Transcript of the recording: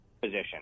position